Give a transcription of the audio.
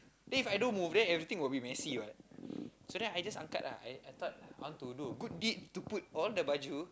then if I don't move then everything will be messy what so then I just angkat I I thought I want to do a good deed to put all the baju